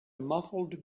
muffled